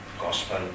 gospel